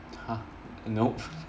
!huh! nope